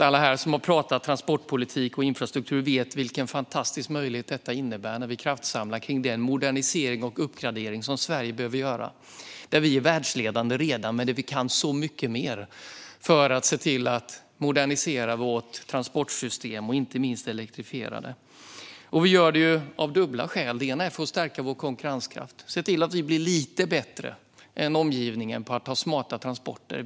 Alla här som har talat om transportpolitik och infrastruktur vet nämligen vilken fantastisk möjlighet det innebär när vi kraftsamlar kring den modernisering och uppgradering som Sverige behöver göra. Vi är redan världsledande, men vi kan göra så mycket mer för att se till att modernisera vårt transportsystem och inte minst elektrifiera det. Vi gör detta av dubbla skäl. Det ena är att stärka vår konkurrenskraft - se till att vi blir lite bättre än omgivningen på att ha smarta transporter.